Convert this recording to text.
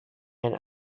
and